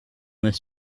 this